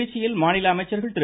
திருச்சியில் மாநில அமைச்சர்கள் திரு